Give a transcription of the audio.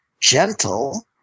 gentle